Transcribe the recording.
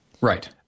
Right